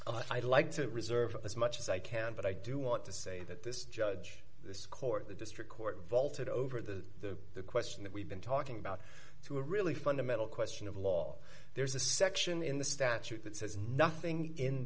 result i'd like to reserve as much as i can but i do want to say that this judge this court the district court vaulted over the the question that we've been talking about to a really fundamental question of law there is a section in the statute that says nothing in